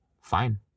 fine